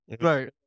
Right